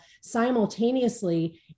simultaneously